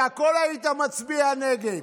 שעל הכול היית מצביע נגד.